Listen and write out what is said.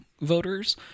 voters